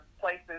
places